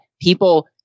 people